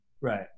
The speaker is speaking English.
right